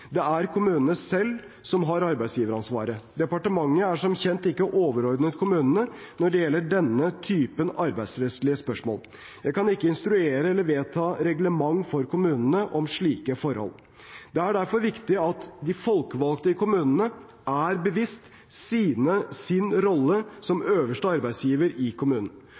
Det er kommunene selv som har arbeidsgiveransvaret. Departementet er som kjent ikke overordnet kommunene når det gjelder denne typen arbeidsrettslige spørsmål. Jeg kan ikke instruere eller vedta reglement for kommunene om slike forhold. Det er derfor viktig at de folkevalgte i kommunene er bevisste sin rolle som øverste arbeidsgiver i kommunen.